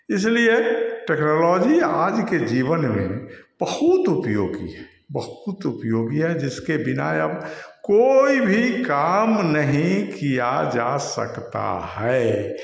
इसलिए टेक्नोलॉजी आज के जीवन में बहुत उपयोगी है बहुत उपयोगी है जिसके बिना अब कोई भी काम नहीं किया जा सकता है